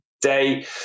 day